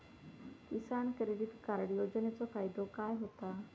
किसान credit card योजनेचो फायदो काय होता?